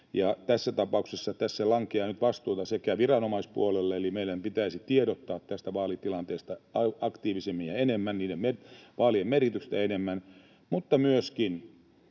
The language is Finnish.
Tässä tapauksessa tässä lankeaa nyt vastuuta viranomaispuolelle — meidän pitäisi tiedottaa tästä vaalitilanteesta aktiivisemmin ja enemmän, niiden vaalien merkityksestä enemmän — mutta myöskin,